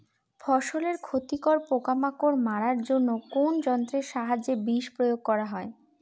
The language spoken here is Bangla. ফসলের ক্ষতিকর পোকামাকড় মারার জন্য কোন যন্ত্রের সাহায্যে বিষ প্রয়োগ করা হয়?